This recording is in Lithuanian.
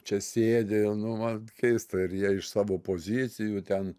čia sėdi nu man keista ir jie iš savo pozicijų ten